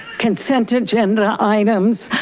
consent agenda items.